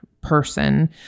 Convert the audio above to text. person